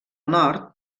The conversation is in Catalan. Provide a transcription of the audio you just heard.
nord